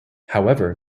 however